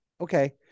Okay